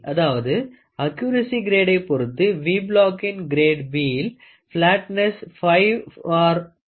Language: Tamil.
அதாவது ஆக்குரசி கிரேடை பொருத்து V block இன் கிரேடு B இல் பிலாட்னஸ் 5 for 150 millimeter ராக இருக்கும்